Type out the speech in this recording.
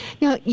Now